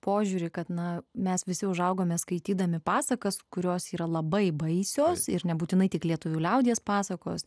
požiūrį kad na mes visi užaugome skaitydami pasakas kurios yra labai baisios ir nebūtinai tik lietuvių liaudies pasakos